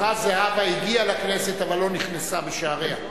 הפרה זהבה הגיעה לכנסת אבל לא נכנסה בשעריה.